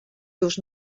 seus